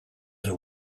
have